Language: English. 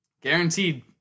guaranteed